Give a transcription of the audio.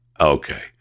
Okay